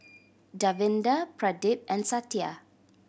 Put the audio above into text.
Davinder Pradip and Satya